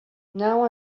now